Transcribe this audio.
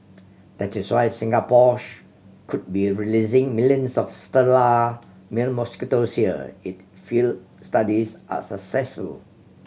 that is why Singapore could be releasing millions of sterile male mosquito here if field studies are successful